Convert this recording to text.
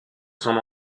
son